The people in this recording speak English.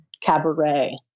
cabaret